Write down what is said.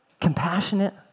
Compassionate